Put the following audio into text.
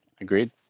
Agreed